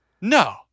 No